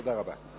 תודה רבה.